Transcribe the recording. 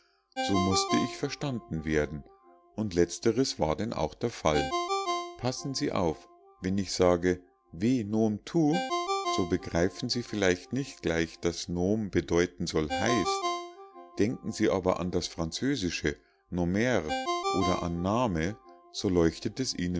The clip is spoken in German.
so mußte ich verstanden werden und letzteres war denn auch der fall passen sie auf wenn ich sage we nom tu so begreifen sie vielleicht nicht gleich daß nom bedeuten soll heißt denken sie aber an das französische nommer oder an name so leuchtet es